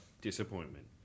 disappointment